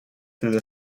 through